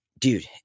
Dude